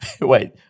Wait